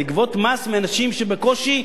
לגבות מס מאנשים שבקושי,